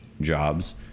jobs